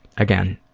again,